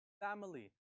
family